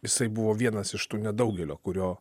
jisai buvo vienas iš tų nedaugelio kurio